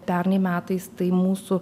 pernai metais tai mūsų